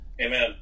Amen